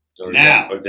now